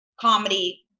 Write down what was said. comedy